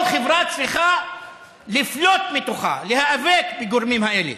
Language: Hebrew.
כל חברה צריכה לפלוט מתוכה, להיאבק בגורמים האלה,